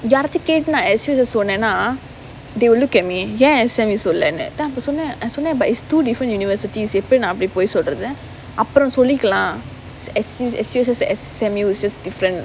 யாராச்சு கேட்டு நான்:yaaraachu kettu naan S_U_S_S சொன்னேன்னா:sonnaenaa they will look at ஏன்:yaen S_M_U சொல்லேன்னு நான் அப்போ சொன்னேன் சொன்னேன்:sollaennu naan appo sonnaen sonnaen but it's two different universities எப்டி நான் அப்டி பொய் சொல்றது அப்புறம் சொல்லிக்கலாம்:epdi naan apdi poi solrathu appuram sollikalaam S_U S_U_S_S_S_M_U is just different